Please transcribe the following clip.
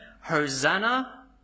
Hosanna